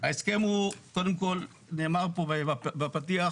קודם כל נאמר פה בפתיח,